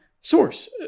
source